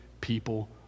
people